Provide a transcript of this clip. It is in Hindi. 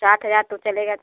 सात हजार तो चलेगा